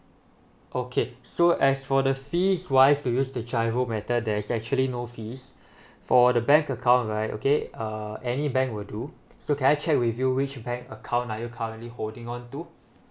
okay so as for the fees wise you use the GIRO method there's actually no fees for the bank account right okay uh any bank will do so can I check with you which bank account are you currently holding on to